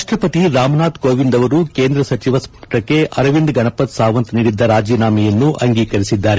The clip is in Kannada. ರಾಷ್ಟ ಪತಿ ರಾಮನಾಥ್ ಕೋವಿಂದ್ ಅವರು ಕೇಂದ್ರ ಸಚಿವ ಸಂಪುಟಕ್ಕೆ ಅರವಿಂದ್ ಗಣಪತ್ ಸಾವಂತ್ ನೀಡಿದ್ದ ರಾಜೀನಾಮೆಯನ್ನು ಅಂಗೀಕರಿಸಿದ್ದಾರೆ